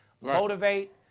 Motivate